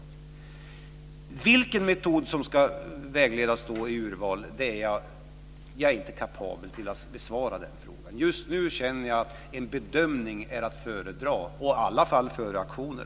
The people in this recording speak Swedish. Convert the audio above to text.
Frågan om vilken metod som ska vägleda i urvalet är jag inte kapabel att besvara. Just nu känner jag att en bedömning är att föredra, i alla fall före auktioner.